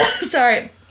Sorry